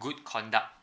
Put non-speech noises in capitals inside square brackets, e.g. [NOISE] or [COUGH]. good conduct [BREATH]